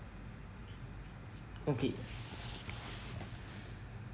okay